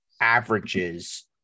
averages